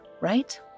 right